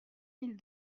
mille